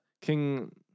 King